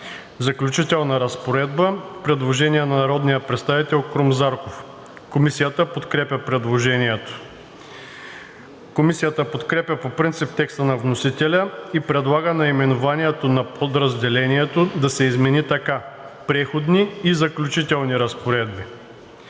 „Заключителна разпоредба“. Предложение на народния представител Крум Зарков. Комисията подкрепя предложението. Комисията подкрепя по принцип текста на вносителя и предлага наименованието на подразделението да се измени така: „Преходни и заключителни разпоредби“.